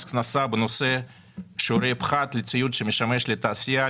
הכנסה בנושא שיעורי פחת לציוד שמשמש לתעשייה,